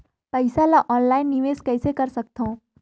पईसा ल ऑनलाइन निवेश कइसे कर सकथव?